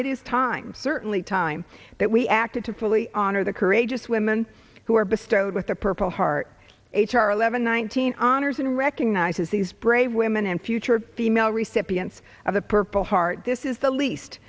it is time certainly time that we acted to fully honor the courageous women who are bestowed with the purple heart h r eleven nineteen honors and recognizes these brave women and future female recipients of the purple heart this is the least